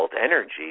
energy